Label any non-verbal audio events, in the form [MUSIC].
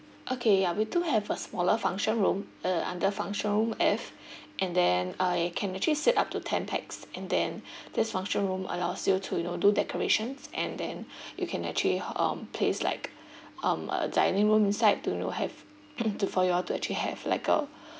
okay ya we do have a smaller function room uh under function room F and then uh you can actually sit up to ten pax and then this function room allows you to you know do decorations and then you can actually um place like um a dining room inside to know have [COUGHS] to for you all to actually have like a